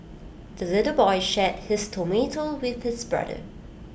the little boy shared his tomato with his brother